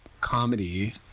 comedy